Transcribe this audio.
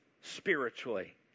spiritually